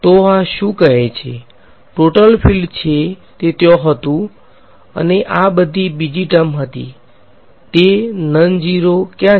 તો આ શું કહે છે ટોટલ ફીલ્ડ છે તે ત્યાં હતું અને આ બધી બીજી ટર્મ હતી તે નન ઝીરો ક્યાં છે